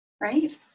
right